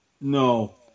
No